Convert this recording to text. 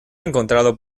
encontrado